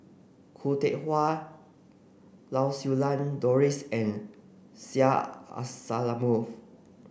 Khoo Teck Puat Lau Siew Lang Doris and Syed Alsagoff